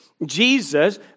Jesus